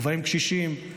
ובהם קשישים,